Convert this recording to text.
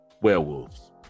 Werewolves